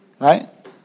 right